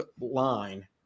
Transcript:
line